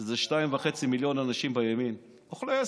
שזה 2.5 מיליון אנשים בימין, אוכלי עשב,